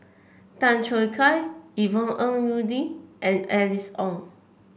Tan Choo Kai Yvonne Ng Uhde and Alice Ong